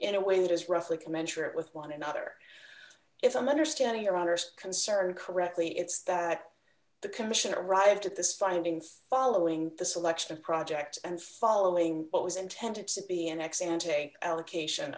in a way that is roughly commensurate with one another if i'm understanding your honour's concern correctly it's that the commission arrived at the signing following the selection of project and following what was intended to be an x and allocation